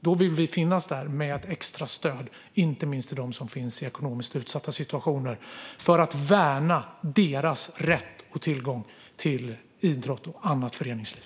Då vill vi finnas där med extra stöd, inte minst till dem i ekonomiskt utsatta situationer, för att värna deras rätt och tillgång till idrott och annat föreningsliv.